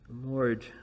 Lord